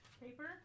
Paper